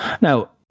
Now